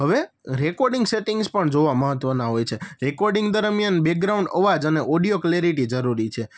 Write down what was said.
હવે recording settings પણ જોવાં મહત્ત્વનાં હોય છે રેકોર્ડિંગ દરમિયાન બેગ્રાઉન્ડ અવાજ અને ઓડિયો ક્લેરિટી જરૂરી છે